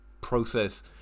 process